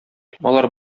алар